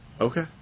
Okay